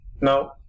No